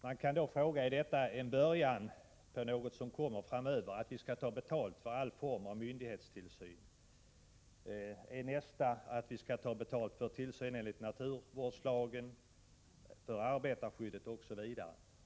Man kan då fråga: Är detta en början till någonting som kommer att gälla framöver, att vi skall ta betalt för all form av myndighetstillsyn? Är nästa steg att vi skall ta betalt för tillsyn enligt naturvårdslagen, för arbetarskyddet, osv.?